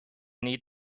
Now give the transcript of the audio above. need